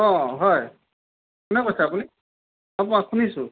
অঁ হয় কোনে কৈছে আপুনি অঁ কোৱা শুনিছোঁ